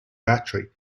battery